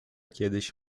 kiedyś